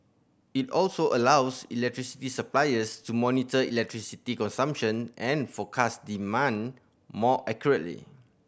it also allows electricity suppliers to monitor electricity consumption and forecast demand more accurately